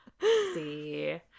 see